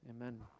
Amen